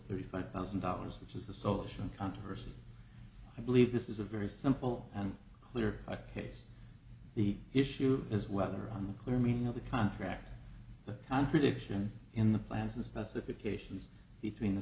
thirty five thousand dollars which is the social controversy i believe this is a very simple and clear cut case the issue is whether on the clear meaning of the contract the contradiction in the plans and specifications between the